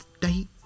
date